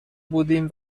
بودیم